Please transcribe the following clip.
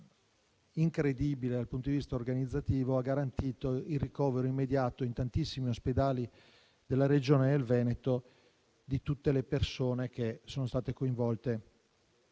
incredibile dal punto di vista organizzativo, ha garantito il ricovero immediato in tantissimi ospedali della Regione Veneto di tutte le persone coinvolte